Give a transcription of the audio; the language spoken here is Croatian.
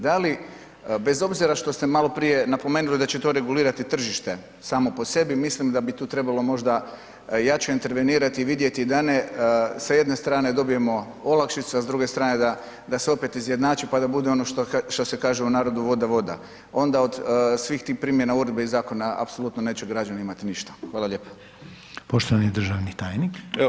Da li, bez obzira što ste maloprije napomenuli da će to regulirati tržište samo po sebi, mislim da bi tu trebalo možda jače intervenirati i vidjeti da ne sa jedne strane dobijemo olakšice, a s druge strane da, da se opet izjednači, pa da bude ono što se kaže u narodu voda, voda, onda od svih tih primjena uredbe i zakona apsolutno neće građani imati ništa.